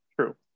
true